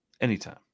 Anytime